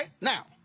now